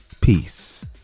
peace